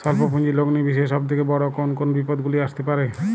স্বল্প পুঁজির লগ্নি বিষয়ে সব থেকে বড় কোন কোন বিপদগুলি আসতে পারে?